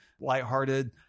lighthearted